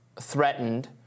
threatened